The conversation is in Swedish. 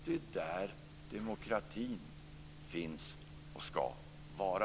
Det är där demokratin finns och skall vara.